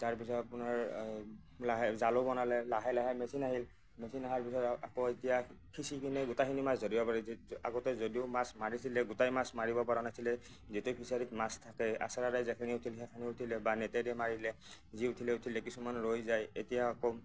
তাৰ পিছত আপোনাৰ লাহে জালো বনালে লাহে লাহে মেচিন আহিল মেচিন আহাৰ পিছত আকৌ এতিয়া সিঁচি কিনে গোটেইখিনি মাছ ধৰিব পাৰি আগতে যদিওঁ মাছ মাৰিছিলে গোটেই মাছ মাৰিব পৰা নাছিলে যেতিয়া ফিছাৰিত মাছ থাকেই আছাৰাৰে যায় কিনে বা নেটেৰে মাৰিলে যি উঠিলে উঠিলে কিছুমান ৰৈ যায় এতিয়া আকৌ